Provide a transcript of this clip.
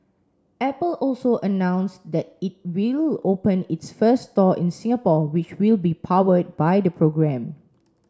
apple also announced that it will open its first store in Singapore which will be powered by the programme